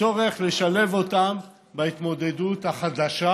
לצורך לשלב אותן בהתמודדות החדשה,